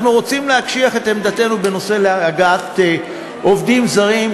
אנחנו רוצים להקשיח את עמדתנו בנושא הגעת עובדים זרים,